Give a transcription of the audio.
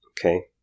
Okay